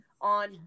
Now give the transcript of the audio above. on